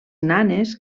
nanes